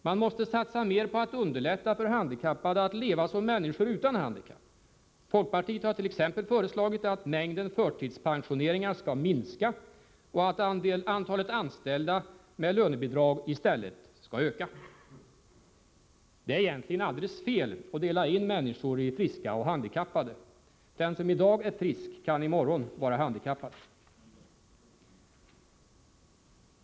Man måste satsa mer på att underlätta för handikappade att leva som människor utan handikapp. Folkpartiet har t.ex. föreslagit att mängden förtidspensioneringar skall minska och att antalet anställda med lönebidrag i stället skall öka. Det är egentligen alldeles fel att dela in människor i friska och handikappade. Den som i dag är frisk kan i morgon vara handikappad!